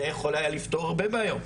זה יכול היה לפתור הרבה בעיות.